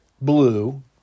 blue